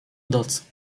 doc